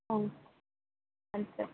हा पञ्च